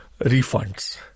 refunds